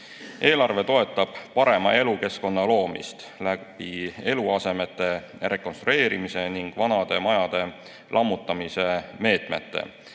euro. Eelarve toetab parema elukeskkonna loomist eluasemete rekonstrueerimise ning vanade majade lammutamise meetmete